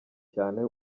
cyane